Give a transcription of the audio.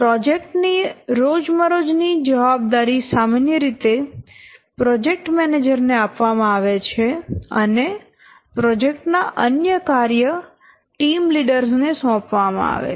project ની રોજમરોજ ની જવાબદારી સામાન્ય રીતે પ્રોજેક્ટ મેનેજર ને આપવામાં આવે છે અને પ્રોજેક્ટ ના અન્ય કાર્ય ટીમ લીડર્સ ને સોંપવામાં આવે છે